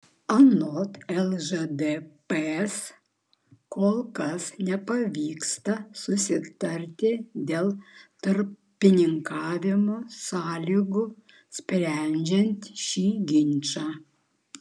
anot lšdps kol kas nepavyksta susitarti dėl tarpininkavimo sąlygų sprendžiant šį ginčą